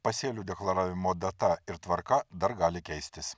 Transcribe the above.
pasėlių deklaravimo data ir tvarka dar gali keistis